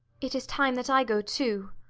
it is time that i go too.